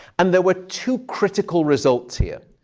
and there were two critical results here.